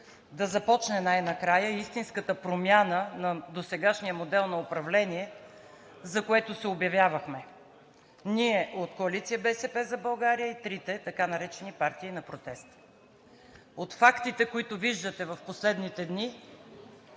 да започне най-накрая истинската промяна на досегашния модел на управление, за което се обявявахме от Коалиция „БСП за България“ и така наречените три партии на протеста. От фактите, които виждате в последните дни,